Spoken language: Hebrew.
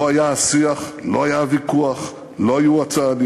לא היה השיח, לא היה הוויכוח, לא היו הצעדים.